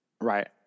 Right